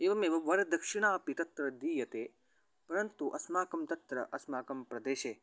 एवमेव वरदक्षिणा अपि तत्र दीयते परन्तु अस्माकं तत्र अस्माकं प्रदेशे